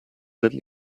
little